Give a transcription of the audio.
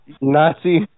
Nazi